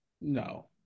No